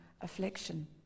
affliction